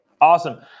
Awesome